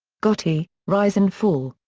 gotti rise and fall.